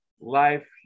life